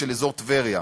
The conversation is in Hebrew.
של אזור טבריה.